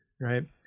right